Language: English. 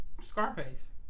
Scarface